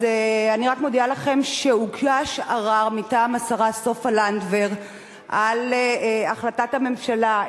אני רק מודיעה לכם שהוגש ערר מטעם השרה סופה לנדבר על החלטת הממשלה,